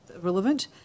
relevant